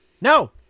No